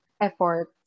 effort